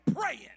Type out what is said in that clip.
praying